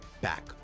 back